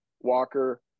Walker